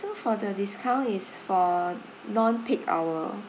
so for the discount it's for nonpeak hour